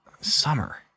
summer